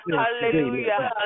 hallelujah